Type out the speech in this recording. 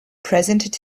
presented